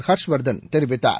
ஹர்ஷ்வர்தன் தெரிவித்தார்